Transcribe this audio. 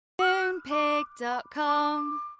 Moonpig.com